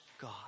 God